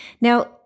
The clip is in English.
Now